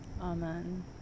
Amen